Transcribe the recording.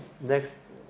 next